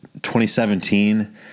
2017 –